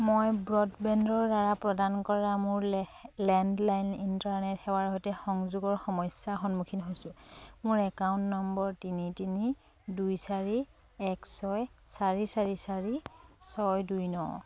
মই ব্ৰডবেণ্ডৰ দ্বাৰা প্ৰদান কৰা মোৰ লে লেণ্ডলাইন ইণ্টাৰনেট সেৱাৰ সৈতে সংযোগৰ সমস্যাৰ সন্মুখীন হৈছোঁ মোৰ একাউণ্ট নম্বৰ তিনি তিনি দুই চাৰি এক ছয় চাৰি চাৰি চাৰি ছয় দুই নৰ